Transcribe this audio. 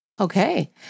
Okay